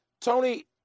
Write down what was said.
Tony